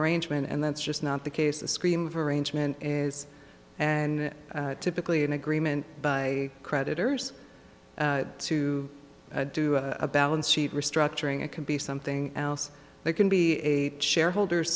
arrangement and that's just not the case the scream of arrangement is and typically an agreement by creditors to do a balance sheet restructuring it can be something else they can be a shareholder